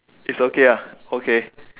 it's okay ah okay